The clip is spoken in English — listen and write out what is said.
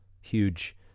huge